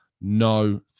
no